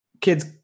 kid's